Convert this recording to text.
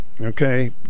Okay